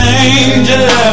angel